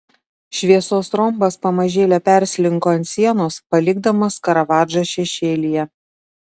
šviesos rombas pamažėle perslinko ant sienos palikdamas karavadžą šešėlyje